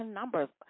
numbers